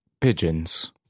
pigeons